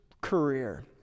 career